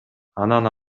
анан